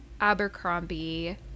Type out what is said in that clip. abercrombie